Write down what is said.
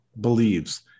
believes